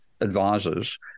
advisors